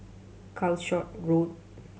Calshot Road